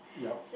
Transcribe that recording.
yup